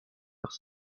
vers